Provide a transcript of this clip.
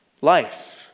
life